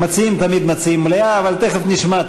המציעים תמיד מציעים מליאה, אבל תכף נשמע.